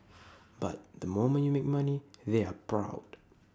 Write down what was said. but the moment you make money they're proud